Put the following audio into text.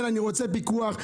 כן, אני רוצה פיקוח.